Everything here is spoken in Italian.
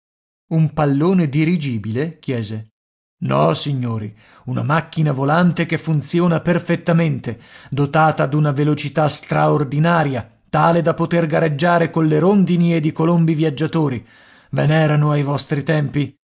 un pallone dirigibile chiese no signori una macchina volante che funziona perfettamente dotata d'una velocità straordinaria tale da poter gareggiare colle rondini ed i colombi viaggiatori ve n'erano ai vostri tempi